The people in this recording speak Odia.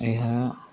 ଏହା